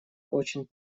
очень